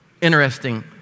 Interesting